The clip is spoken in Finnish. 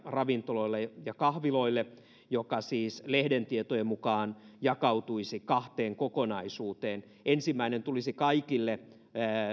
ravintoloille ja kahviloille sadanviidenkymmenen miljoonan tukipakettia joka siis lehden tietojen mukaan jakautuisi kahteen kokonaisuuteen ensimmäinen tulisi kaikille